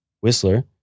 Whistler